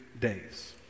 days